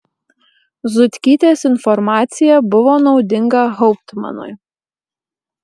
zutkytės informacija buvo naudinga hauptmanui